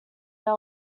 they